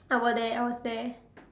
I were there I was there